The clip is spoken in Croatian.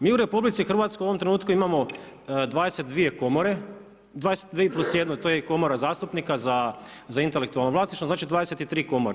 Mi u RH u ovom trenutku imamo 22 komore, 22 + 1 to je Komora zastupnika za intelektualno vlasništvo, znači 23 komore.